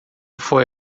foi